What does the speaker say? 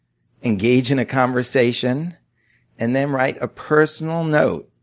engage in a conversation and then write a personal note